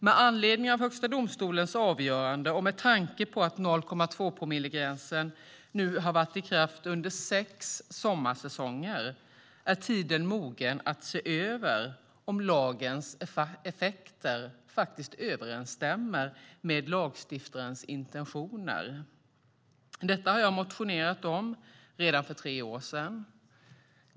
Med anledning av Högsta domstolens avgörande och med tanke på att 0,2-promillegränsen nu har varit i kraft under sex sommarsäsonger är tiden mogen att se över om lagens effekter överensstämmer med lagstiftarens intentioner. Detta motionerade jag om redan för tre år sedan.